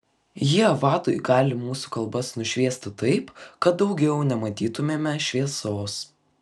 jie vadui gali mūsų kalbas nušviesti taip kad daugiau nematytumėme šviesos